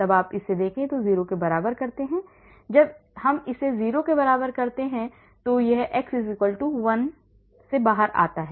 तब हम इसे 0 के बराबर करते हैं जब हम इसे 0 के बराबर करते हैं तो यह x 1 से बाहर आता है